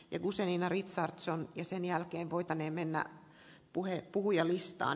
eu seminaarit saksan ja sen jälkeen arvoisa rouva puhemies